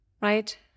right